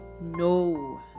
No